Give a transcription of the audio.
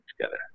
together